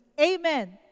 Amen